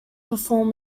perform